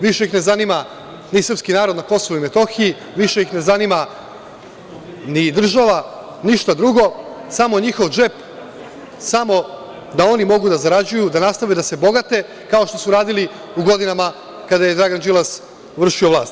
Više ih ne zanima ni srpski narod na Kosovu i Metohiji, više ih ne zanima ni država, ništa drugo, samo njihov džep, samo da oni mogu da zarađuju, da nastave da se bogate, kao što su radili u godinama kada je Dragan Đilas vršio vlast.